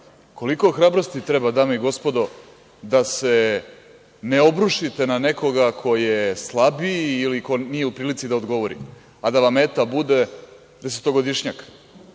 koliko hrabrosti treba, dame i gospodo, da se ne obrušite na nekoga ko je slabiji ili ko nije u prilici da odgovori, a da vam meta bude desetogodišnjak?